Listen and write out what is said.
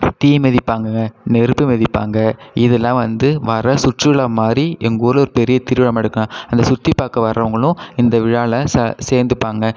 தீ மிதிப்பாங்கங்க நெருப்பு மிதிப்பாங்க இதெல்லாம் வந்து வர சுற்றுலா மாரி எங்கள் ஊரில் ஒரு பெரிய திருவிழா நடக்குங்க அந்த சுற்றி பார்க்க வர்றவங்களும் இந்த விழாவில ச சேர்ந்துப்பாங்க